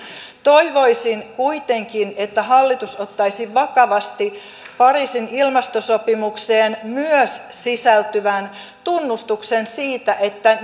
toivoisin kuitenkin että hallitus ottaisi vakavasti pariisin ilmastosopimukseen myös sisältyvän tunnustuksen siitä että